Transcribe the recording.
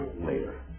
later